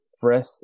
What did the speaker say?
breath